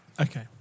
Okay